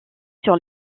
sur